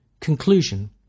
Conclusion